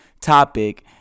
topic